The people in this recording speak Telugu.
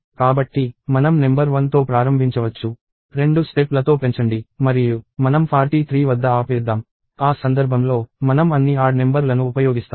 కాబట్టి మనం నెంబర్ 1తో ప్రారంభించవచ్చు రెండు స్టెప్ లతో పెంచండి మరియు మనం 43 వద్ద ఆపేద్దాం ఆ సందర్భంలో మనం అన్ని బేసి నెంబర్ లను ఉపయోగిస్తాము